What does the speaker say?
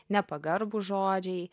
nepagarbūs žodžiai